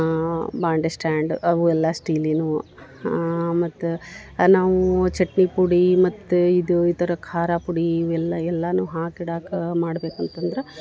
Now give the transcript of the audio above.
ಬಾಂಡೆ ಸ್ಟಾಂಡ್ ಅವು ಎಲ್ಲ ಸ್ಟೀಲಿನವು ಮತ್ತು ನಾವೂ ಚಟ್ನಿ ಪುಡಿ ಮತ್ತು ಇದು ಈ ಥರ ಖಾರ ಪುಡಿ ಇವೆಲ್ಲ ಎಲ್ಲವೂ ಹಾಕಿಡೋಕೆ ಮಾಡ್ಬೇಕು ಅಂತಂದ್ರೆ